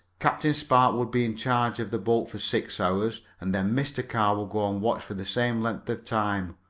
captain spark would be in charge of the boat for six hours, and then mr. carr would go on watch for the same length of time,